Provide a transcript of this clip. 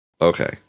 Okay